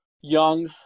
young